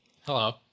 Hello